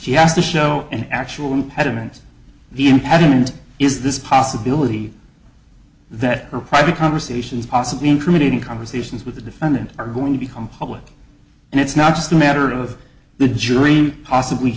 she has to show an actual impediments the impediment is this possibility that her private conversations possibly incriminating conversations with the defendant are going to become public and it's not just a matter of the jury might possibly